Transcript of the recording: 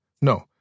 No